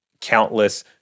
countless